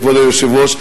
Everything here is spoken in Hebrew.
כבוד היושב-ראש,